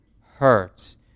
hurts